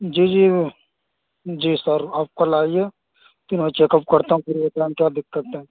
جی جی وہ جی سر آپ کل آئیے تو میں چیک اپ کرتا ہوں پھر دیکھتا ہوں کیا دقت ہے